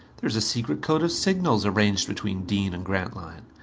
there is a secret code of signals arranged between dean and grantline.